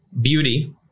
beauty